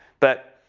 but,